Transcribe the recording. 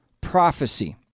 prophecy